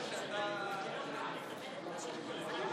המדע והטכנולוגיה נתקבלה.